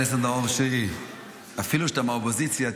אפילו שאתה מהאופוזיציה,